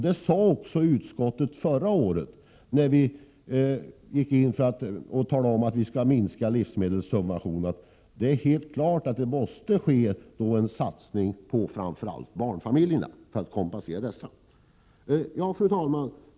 Detta sade också utskottet förra året, då vi talade om att vi tänkte minska livsmedelssubventionerna. Det är klart att vi i den situationen måste kompensera framför allt barnfamiljerna. Fru talman!